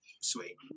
Sweet